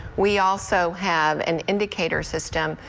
we also have an indicator system,